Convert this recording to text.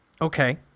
Okay